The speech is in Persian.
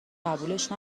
قبولش